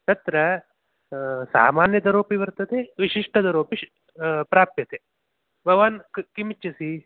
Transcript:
तत्र सामान्यदरोपि वर्तते विशिष्टदरोपि शक्य् प्राप्यते भवान् कि किमिच्छसि